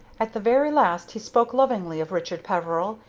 at the very last he spoke lovingly of richard peveril,